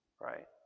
right